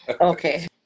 Okay